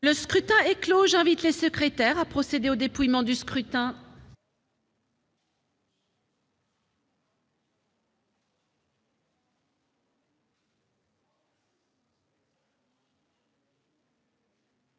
Le scrutin est clos. J'invite Mmes et MM. les secrétaires à procéder au dépouillement du scrutin.